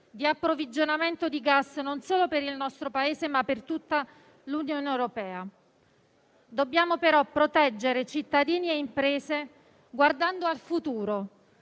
di approvvigionamento di gas non solo per il nostro Paese, ma per tutta l'Unione europea. Dobbiamo però proteggere cittadini e imprese guardando al futuro,